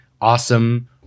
awesome